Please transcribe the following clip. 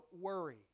worry